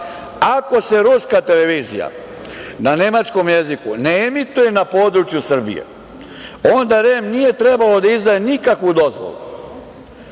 ako se ruska televizija na nemačkom jeziku ne emituje na području Srbije, onda REM nije trebalo da izdaje nikakvu dozvolu.